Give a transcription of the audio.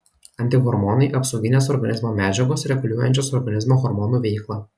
antihormonai apsauginės organizmo medžiagos reguliuojančios organizmo hormonų veiklą